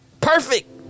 Perfect